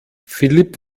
philipp